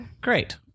Great